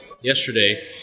yesterday